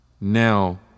Now